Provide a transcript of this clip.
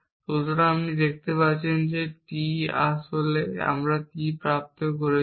সুতরাং আপনি দেখতে পাচ্ছেন যে আসলে আমরা T প্রাপ্ত করেছি